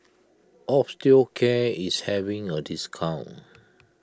Osteocare is having a discount